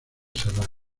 serrat